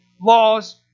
Laws